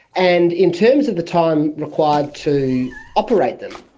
and in terms of the time required to operate them,